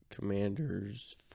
Commanders